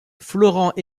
florent